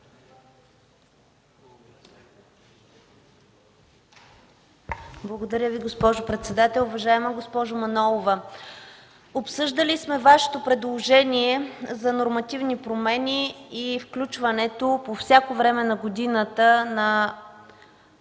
Благодаря, госпожо председател. Уважаема госпожо Манолова, обсъждали сме Вашето предложение за нормативни промени и включването по всяко време на годината на